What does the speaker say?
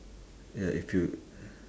ya if you